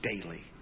daily